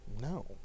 No